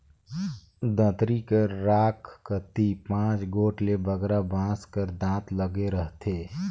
दँतारी कर खाल कती पाँच गोट ले बगरा बाँस कर दाँत लगे रहथे